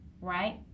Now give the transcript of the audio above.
right